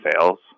sales